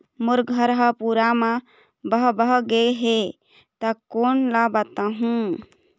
मोर घर हा पूरा मा बह बह गे हे हे ता कोन ला बताहुं?